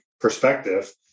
perspective